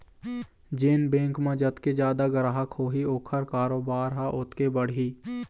जेन बेंक म जतके जादा गराहक होही ओखर कारोबार ह ओतके बढ़ही